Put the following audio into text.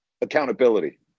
accountability